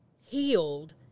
healed